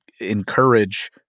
encourage